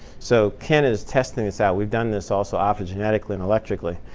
so ken is testing this out. we've done this also optogenetically and electrically.